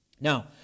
Now